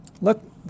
Look